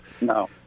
No